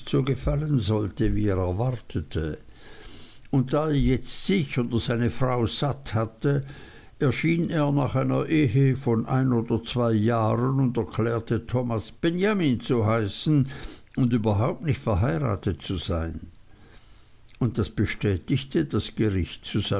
gefallen sollte wie er erwartete und da er jetzt sich oder seine frau satt hatte erschien er nach einer ehe von ein oder zwei jahren und erklärte thomas benjamin zu heißen und überhaupt nicht verheiratet zu sein und das bestätigte das gericht